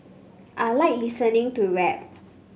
I like listening to rap